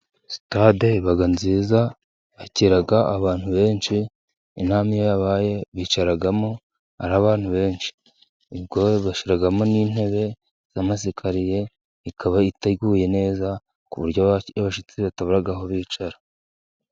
Sitade iba nziza yakira abantu benshi, inama iyo yabaye bicaramo ari abantu benshi, ubwo bashyiramo ni intebe za masikariye ikaba iteguye neza, ku buryo abashyitsi batabura aho bicara.